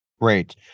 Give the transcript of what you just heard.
Great